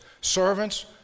Servants